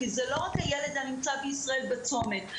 כי זה לא רק הילד שנמצא בישראל בצומת,